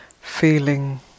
feeling